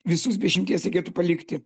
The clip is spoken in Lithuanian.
visus be išimties reikėtų palikti